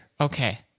Okay